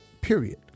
period